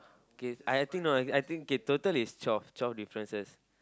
okay I think no I think K total is twelve twelve differences